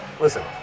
listen